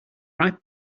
ripe